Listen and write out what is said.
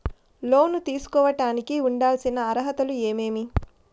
లోను తీసుకోడానికి ఉండాల్సిన అర్హతలు ఏమేమి?